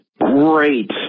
great